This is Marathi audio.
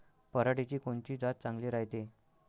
पऱ्हाटीची कोनची जात चांगली रायते?